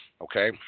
Okay